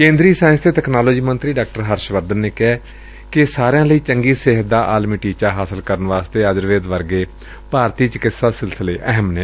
ਕੇਂਦਰੀ ਸਾਇੰਸ ਤੇ ਤਕਨਾਲੋਜੀ ਮੰਤਰੀ ਡਾ ਹਰਸ਼ ਵਰਧਨ ਨੇ ਕਿਹੈ ਕਿ ਸਾਰਿਆਂ ਲਈ ਚੰਗੀ ਸਿਹਤ ਦਾ ਆਲਮੀ ਟੀਚਾ ਹਾਸਲ ਕਰਨ ਲਈ ਆਯੂਰਵੇਦ ਵਰਗੇ ਭਾਰਤੀ ਚਕਿਤਸਾ ਸਿਲਸਿਲੇ ਅਹਿਮ ਨੇ